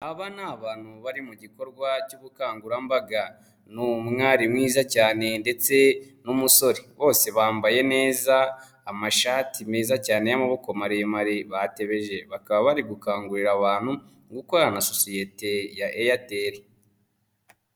Aba ni abantu bari mu gikorwa cy'ubukangurambaga. Ni umwari mwiza cyane ndetse n'umusore. Bose bambaye neza ,amashati meza cyane y'amaboko maremare batebeje. Bakaba bari gukangurira abantu gukorana na sosiyete ya Airtel.